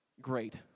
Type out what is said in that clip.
Great